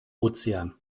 ozean